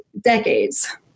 decades